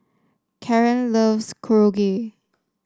Karan loves Korokke